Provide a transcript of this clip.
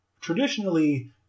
traditionally